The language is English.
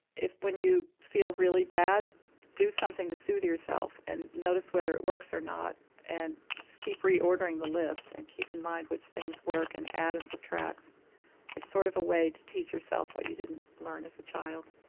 if when you feel really bad do something to soothe yourself and notice whether it works or not and keep reordering the list and keep in mind which things work, and add and subtract it's sort of a way to teach yourself what you didn't learn as a child.